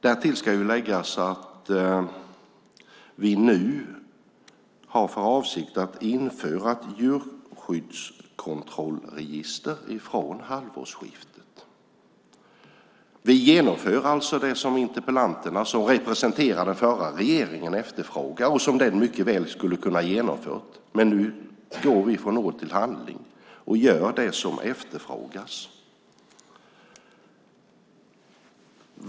Därtill ska läggas att vi har för avsikt att införa ett djurskyddskontrollregister från halvårsskiftet. Vi genomför alltså det som interpellanterna, som representerar den förra regeringen, efterfrågar och som den mycket väl skulle ha kunnat genomföra. Nu går vi från ord till handling och gör det som efterfrågas.